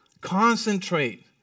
Concentrate